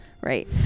Right